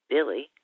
Billy